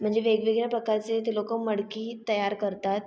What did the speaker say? म्हणजे वेगवेगळ्या प्रकारचे ते लोकं मडकी तयार करतात